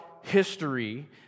history